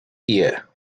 year